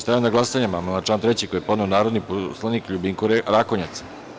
Stavljam na glasanje amandman na član 3. koji je podneo narodni poslanik LJubinko Rakonjac.